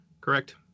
correct